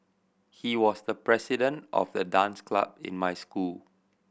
he was the president of the dance club in my school